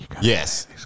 Yes